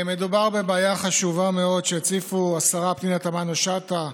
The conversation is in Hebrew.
מדובר בבעיה חשובה מאוד שהציפו השרה פנינה תמנו שטה,